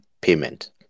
payment